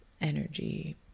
energy